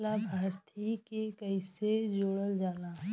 लभार्थी के कइसे जोड़ल जाला?